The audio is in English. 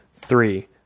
three